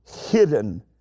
hidden